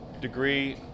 degree